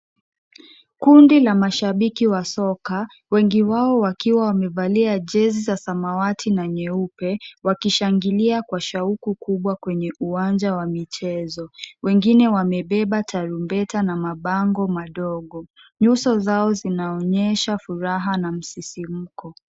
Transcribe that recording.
Kundi la mashabiki wa soka wwengi wao wakiwa wamevalia jezi za samawati na nyeupe wakishangilia kwa shauku kubwa kwenye uwanja wa michezo. Wengine wamebeba tarumbeta na mabango madogo nyuso zao zinaonyesha furaha na msisimuko.